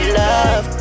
love